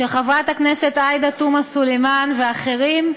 של חברת הכנסת עאידה תומא סלימאן ואחרים,